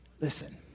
Listen